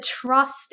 trust